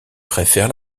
préfère